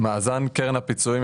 מאזן קרן הפיצויים,